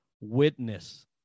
witness